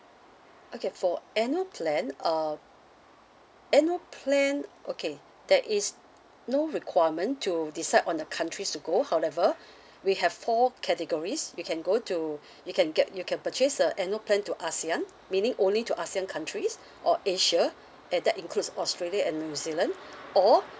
okay for annual plan uh annual plan okay there is no requirement to decide on the countries to go however we have four categories you can go to you can get you can purchase a annual plan to ASEAN meaning only to ASEAN countries or asia and that includes australia and new zealand or